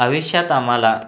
आयुष्यात आम्हाला